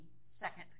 second